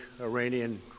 Iranian